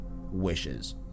wishes